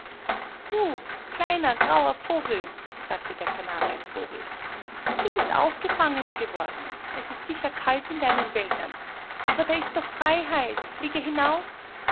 du kleiner grauer vogel sagte der kanarienvogel du bist auch gefangener geworden es ist sicher kalt in deinen wäldern aber da ist doch freiheit fliege hinaus